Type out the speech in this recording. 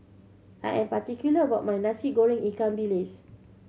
I am particular about my Nasi Goreng ikan bilis